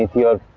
your